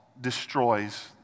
destroys